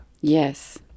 Yes